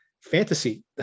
fantasy